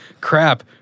crap